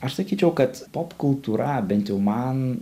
aš sakyčiau kad popkultūra bent jau man